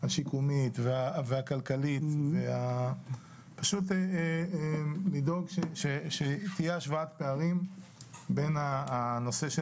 השיקומית והכלכלית ופשוט לדאוג שתהיה השוואת פערים בין הנושא של